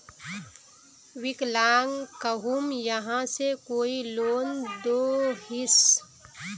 विकलांग कहुम यहाँ से कोई लोन दोहिस?